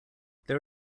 there